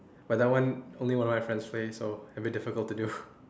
but that one only one of my friends play so a bit difficult to do